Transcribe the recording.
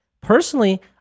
Personally